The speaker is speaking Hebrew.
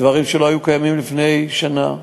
דברים שלא היו קיימים לפני שנה,